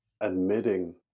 admitting